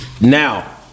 Now